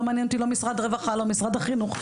לא מעניין אותי לא משרד הרווחה, לא משרד החינוך.